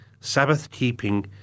Sabbath-keeping